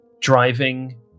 driving